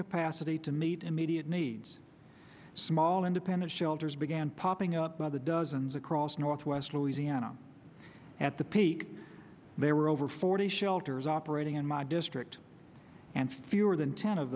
capacity to meet immediate needs small independent shelters began popping up by the dozens across northwest really and i'm at the peak there were over forty shelters operating in my district and fewer than ten of